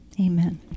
Amen